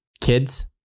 kids